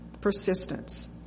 persistence